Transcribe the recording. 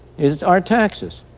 is our taxes.